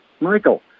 Michael